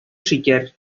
шикәр